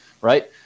right